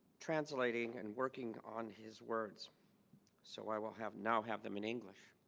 translating and working on his words so i will have now have them in english